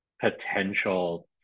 potential